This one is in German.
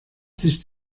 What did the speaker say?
sich